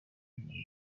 nabyo